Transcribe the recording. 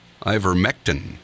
ivermectin